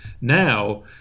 now